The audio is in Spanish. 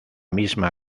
misma